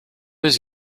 was